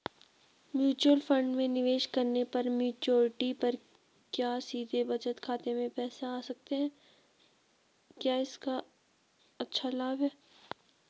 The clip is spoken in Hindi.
म्यूचूअल फंड में निवेश करने पर मैच्योरिटी पर क्या सीधे बचत खाते में पैसे आ सकते हैं क्या इसका अच्छा लाभ है?